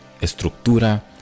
estructura